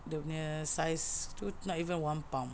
dia nya size tu not even one palm